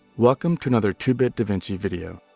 welcome to another two bit da vinci video,